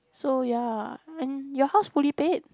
so ya and your house fully paid